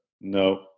no